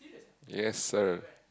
yes sir